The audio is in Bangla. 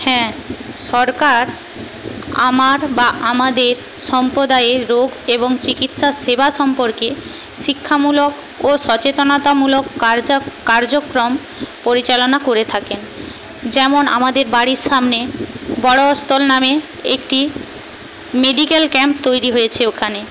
হ্যাঁ সরকার আমার বা আমাদের সম্প্রদায়ের রোগ এবং চিকিৎসার সেবা সম্পর্কে শিক্ষামূলক ও সচেতনতামূলক কার্যক্রম পরিচালনা করে থাকে যেমন আমাদের বাড়ির সামনে বড়ো অস্থল নামে একটি মেডিকেল ক্যাম্প তৈরি হয়েছে ওখানে